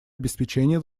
обеспечения